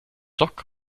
dock